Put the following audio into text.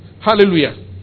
Hallelujah